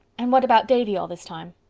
and what about davy all this time?